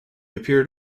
appeared